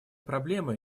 проблемы